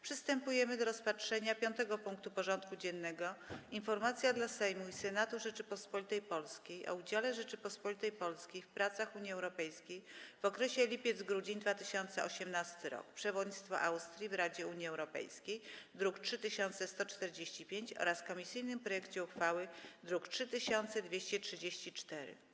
Przystępujemy do rozpatrzenia punktu 5. porządku dziennego: Informacja dla Sejmu i Senatu Rzeczypospolitej Polskiej o udziale Rzeczypospolitej Polskiej w pracach Unii Europejskiej w okresie lipiec-grudzień 2018 r. (przewodnictwo Austrii w Radzie Unii Europejskiej) (druk nr 3145) z komisyjnym projektem uchwały (druki nr 3234)